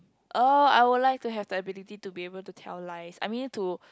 oh I would like to have the ability to be able to tell lies I mean to